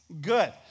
good